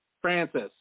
Francis